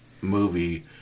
movie